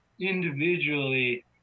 individually